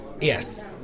Yes